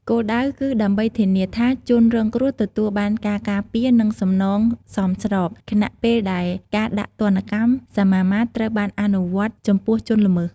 គោលដៅគឺដើម្បីធានាថាជនរងគ្រោះទទួលបានការការពារ និង សំណងសមស្រប ខណៈពេលដែលការដាក់ទណ្ឌកម្មសមាមាត្រត្រូវបានអនុវត្តចំពោះជនល្មើស។